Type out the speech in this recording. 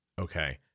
Okay